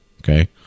okay